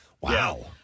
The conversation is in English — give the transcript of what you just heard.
Wow